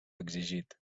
exigit